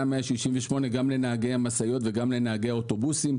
168 גם לנהגי המשאיות וגם לנהגי האוטובוסים.